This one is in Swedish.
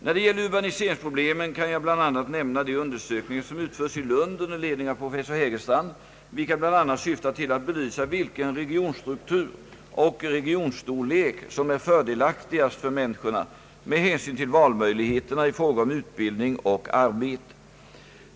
När det gäller urbaniseringsproblemen kan jag bl.a. nämna de undersök ningar som utförs i Lund under ledning av professor Hägerstrand, vilka bl.a. syftar till att belysa vilken regionstruktur och regionstorlek som är fördelaktigast för människorna med hänsyn till valmöjligheterna i fråga om utbildning och arbete.